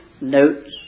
notes